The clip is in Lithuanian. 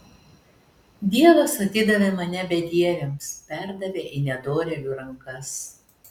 dievas atidavė mane bedieviams perdavė į nedorėlių rankas